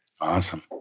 Awesome